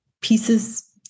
pieces